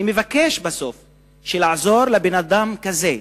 אני מבקש לעזור לבן-אדם כזה,